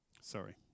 Sorry